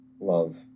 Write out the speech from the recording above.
love